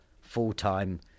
full-time